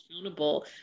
accountable